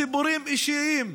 סיפורים אישיים,